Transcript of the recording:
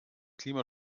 klima